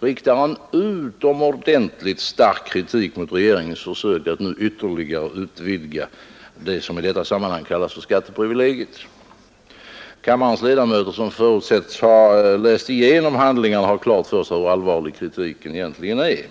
riktar en utomordentligt stark kritik mot regeringens försök att nu ytterligare utvidga det som i detta sammanhang kallas skatteprivilegiet. Kammarens ledamöter, som förutsätts ha läst igenom handlingarna, har klart för sig hur allvarlig kritiken egentligen är.